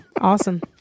awesome